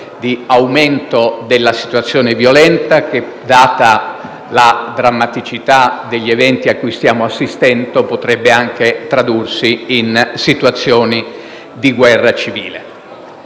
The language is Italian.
e aumento della situazione violenta che, data la drammaticità degli eventi a cui stiamo assistendo, potrebbe anche tradursi in guerra civile.